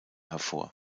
hervor